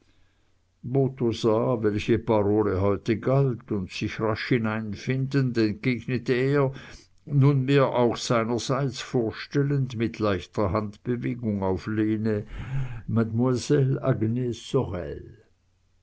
welche parole heute galt und sich rasch hineinfindend entgegnete er nunmehr auch seinerseits vorstellend mit leichter handbewegung auf lene